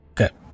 Okay